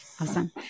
Awesome